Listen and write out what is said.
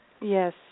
Yes